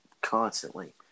constantly